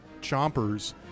chompers